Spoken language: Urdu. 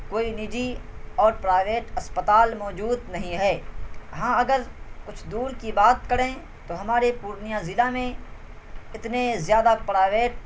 کوئی نجی اور پرائیویٹ اسپتال موجود نہیں ہے ہاں اگر کچھ دور کی بات کریں تو ہمارے پورنیہ ضلع میں اتنے زیادہ پرائیویٹ